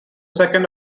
second